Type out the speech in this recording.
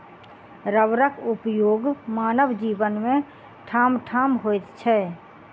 रबरक उपयोग मानव जीवन मे ठामठाम होइत छै